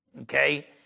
okay